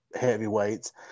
heavyweights